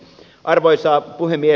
arvoisa puhemies